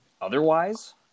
otherwise